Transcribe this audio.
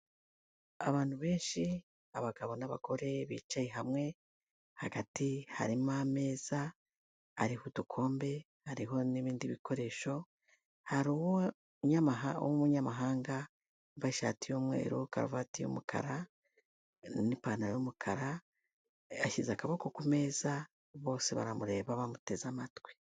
Abantu benshi, abagabo n'abagore bicaye hamwe, hagati harimo ameza ariho udukombe hariho n'ibindi bikoresho, hari uwo nyamaha w'umunyamahanga wambaye ishati y'umweru karuvati y'umukara n'ipantaro y'umukara, yashyize akaboko ku meza bose baramureba bamuteze amatwi.